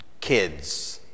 kids